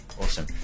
Awesome